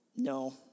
No